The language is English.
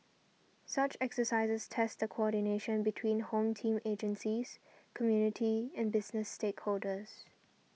such exercises test the coordination between Home Team agencies community and business stakeholders